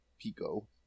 Pico